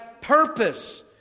purpose